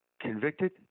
convicted